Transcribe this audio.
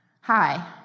Hi